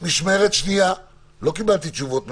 אני מכוון אתכם.